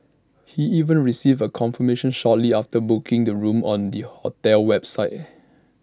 he even received A confirmation shortly after booking the room on the hotel's website